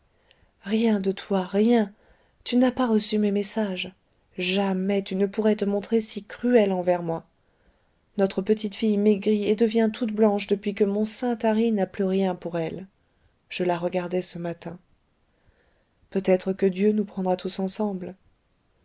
rien de toi rien tu n'as pas reçu mes messages jamais tu ne pourrais te montrer si cruel envers moi notre petite fille maigrit et devient toute blanche depuis que mon sein tari n'a plus rien pour elle je la regardais ce matin peut-être que dieu nous prendra tous ensemble